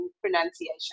pronunciation